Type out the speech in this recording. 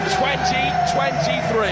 2023